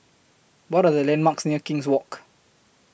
What Are The landmarks near King's Walk